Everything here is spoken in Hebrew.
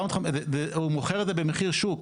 הוא מוכר את זה במחיר שוק.